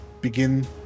begin